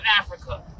Africa